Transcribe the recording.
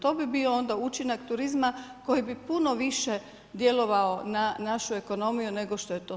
To bi bio onda učinak turizma koji bi puno više djelovao na našu ekonomiju nego što je to sad.